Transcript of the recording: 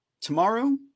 tomorrow